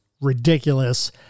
ridiculous